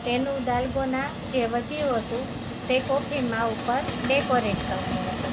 તેનું દાલગોના જે વધ્યું હતું તે કોફીમાં ઉપર ડેકોરેટ કર્યું હતું